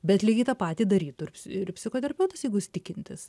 bet lygiai tą patį darytų ir ir psichoterapeutas jeigu tikintis